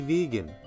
Vegan